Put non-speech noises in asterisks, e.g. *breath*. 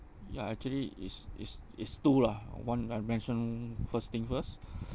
ya actually is is is two lah one I mention first thing first *breath*